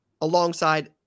alongside